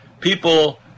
people